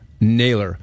Naylor